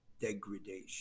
degradation